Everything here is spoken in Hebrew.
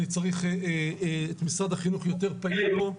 אני צריך את משרד החינוך יותר פעיל פה.